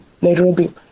nairobi